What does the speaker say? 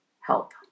help